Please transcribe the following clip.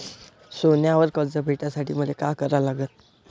सोन्यावर कर्ज भेटासाठी मले का करा लागन?